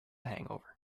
hangover